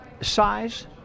size